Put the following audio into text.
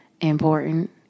important